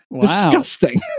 disgusting